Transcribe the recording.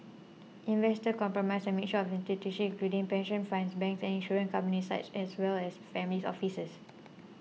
investors compromise a mixture of institutions including pension funds banks and insurance companies such as well as families offices